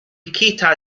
wichita